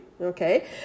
Okay